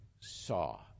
saw